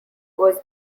was